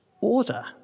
Order